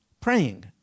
praying